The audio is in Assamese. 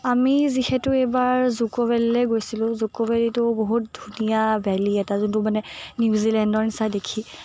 আমি যিহেতু এইবাৰ জুকো ভেলীলৈ গৈছিলোঁ জুকো ভেলীটো বহুত ধুনীয়া ভেলী এটা যোনটো মানে নিউজিলেণ্ডৰ নিচিনা দেখি